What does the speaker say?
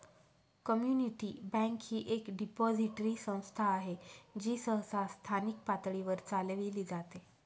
community bank ही एक depository संस्था आहे जी सहसा स्थानिक पातळीवर चालविली जाते